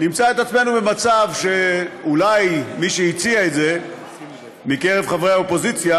נמצא את עצמנו במצב שאולי מי שהציע את זה מקרב חברי האופוזיציה,